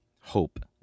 hope